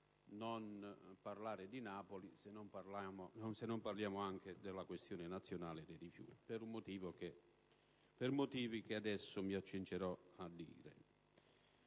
parlare di Napoli se non parliamo anche della questione nazionale dei rifiuti, per motivi che adesso mi accingerò ad